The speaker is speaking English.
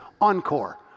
Encore